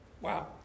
Wow